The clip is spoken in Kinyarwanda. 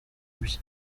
ibye